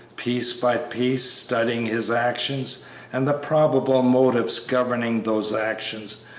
piece by piece, studying his actions and the probable motives governing those actions,